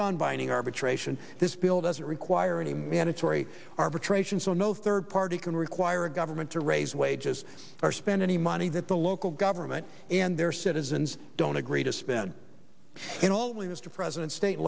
done binding arbitration this bill doesn't require any mandatory arbitration so no third party can require a government to raise wages are spend any money that the local government and their citizens don't agree to spend in all we mr president state